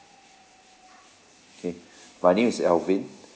K my name is alvin